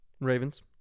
Ravens